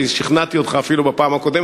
ושכנעתי אותך אפילו בפעם הקודמת,